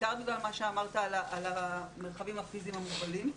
בעיקר בגלל מה שאמרת על המרחבים הפיזיים המוגבלים,